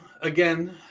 again